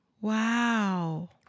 Wow